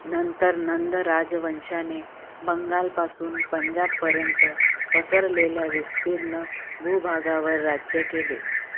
नंतर नंद राजवंशाने बंगालपासून पंजाबपर्यंत पसरलेल्या विस्तीर्ण भूभागावर राज्य केले